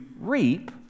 reap